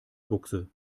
buchse